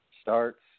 starts